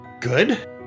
Good